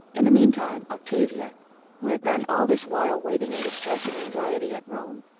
in the mean time, octavia who had been all this while waiting in distress and anxiety at rome,